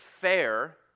fair